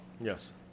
Yes